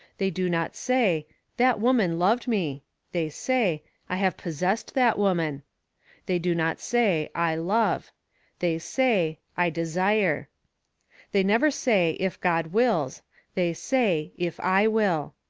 they do not say that woman loved me they say i have possessed that woman they do not say i love they say i desire they never say if god wills they say if i will.